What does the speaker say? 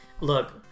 look